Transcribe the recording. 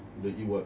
then eat what